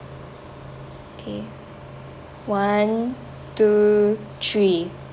okay one two three